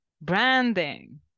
branding